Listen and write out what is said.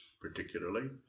particularly